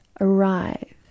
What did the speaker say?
arrive